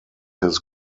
his